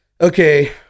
Okay